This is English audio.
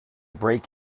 break